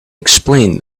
explained